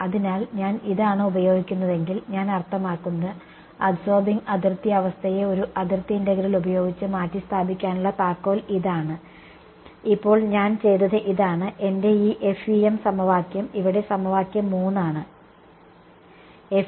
അതിനാൽ ഞാൻ ഇതാണ് ഉപയോഗിക്കുന്നതെങ്കിൽ ഞാൻ അർത്ഥമാക്കുന്നത് അബ്സോർബിങ് അതിർത്തി അവസ്ഥയെ ഒരു അതിർത്തി ഇന്റഗ്രൽ ഉപയോഗിച്ച് മാറ്റിസ്ഥാപിക്കുന്നതിനുള്ള താക്കോൽ ഇതാണ് ഇപ്പോൾ ഞാൻ ചെയ്തത് ഇതാണ് എന്റെ ഈ FEM സമവാക്യം ഇവിടെ സമവാക്യം 3 ആണ്